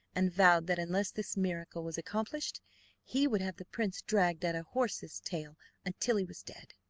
and vowed that unless this miracle was accomplished he would have the prince dragged at a horse's tail until he was dead.